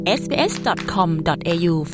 sbs.com.au